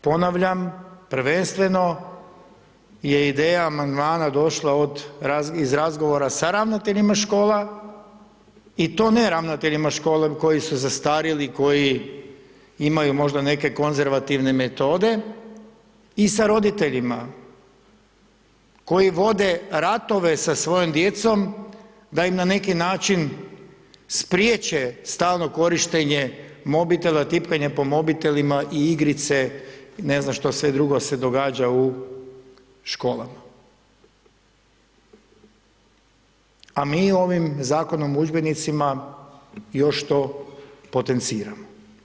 Ponavljam prvenstveno je ideja amandmana došla iz razgovora sa ravnateljima škola i to ne ravnateljima škole u koji su zastarjeli, koji imaju možda neke konzervativne metode i sa roditeljima koji vode ratove sa svojom djecom da im na neki način spriječe stalno korištenje mobitela, tipkanja po mobitelima i igrice, ne znam što sve drugo se događa u školama a mi ovim Zakonom o udžbenicima još to potenciramo.